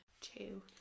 two